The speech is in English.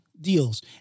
deals